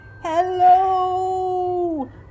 Hello